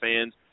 fans